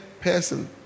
person